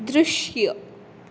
दृश्य